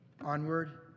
onward